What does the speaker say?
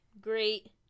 great